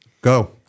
go